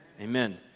Amen